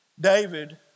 David